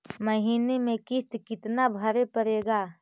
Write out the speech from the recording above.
महीने में किस्त कितना भरें पड़ेगा?